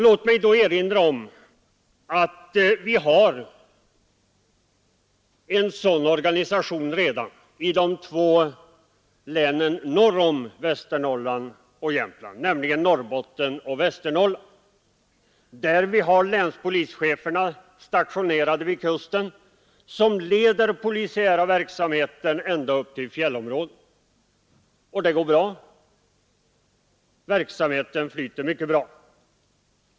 Låt mig då erinra om att vi redan har en sådan organisation i de två länen norr om Västernorrland och Jämtland, nämligen i Norrbotten och Västerbotten. Länspolischeferna är där stationerade vid kusten och leder den polisiära verksamheten ända upp i fjällområdet, och det går mycket bra.